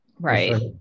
Right